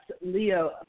Leo